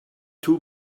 two